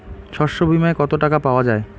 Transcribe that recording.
শস্য বিমায় কত টাকা পাওয়া যায়?